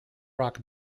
rock